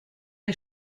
les